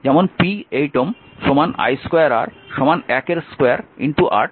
যেমন p8Ω i2 R 2 8 18 8 watt